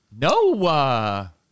Noah